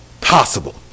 possible